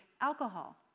alcohol